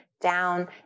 down